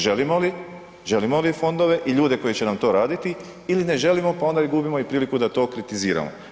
Želimo li, želimo li fondove i ljude koji će nam to raditi ili ne želimo pa onda i gubimo i priliku da to okritiziramo.